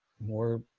more